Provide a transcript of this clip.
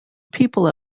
people